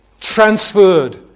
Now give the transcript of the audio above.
transferred